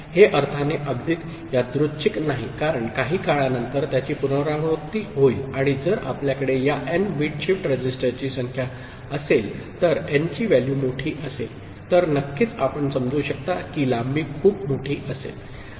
हे अर्थाने अगदी यादृच्छिक नाही कारण काही काळानंतर त्याची पुनरावृत्ती होईल आणि जर आपल्याकडे या एन बिट शिफ्ट रजिस्टरची संख्या असेल तर एन ची व्हॅल्यू मोठी असेल तर नक्कीच आपण समजू शकता की लांबी खूपमोठी असेल